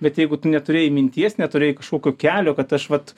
bet jeigu tu neturėjai minties neturėjai kažkokio kelio kad aš vat